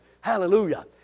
Hallelujah